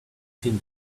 seen